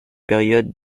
période